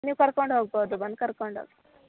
ನೀವು ಕರ್ಕೊಂಡು ಹೋಗ್ಬೋದು ಬಂದು ಕರ್ಕೊಂಡೋಗಿ